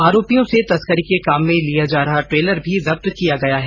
आरोपियों से तस्करी के काम में लिया जा रहा ट्रेलर भौ जब्त किया गया है